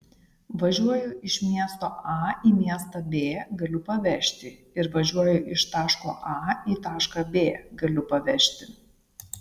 važiuoju iš miesto a į miestą b galiu pavežti ir važiuoju iš taško a į tašką b galiu pavežti